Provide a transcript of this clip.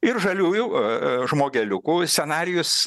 ir žaliųjų žmogeliukų scenarijus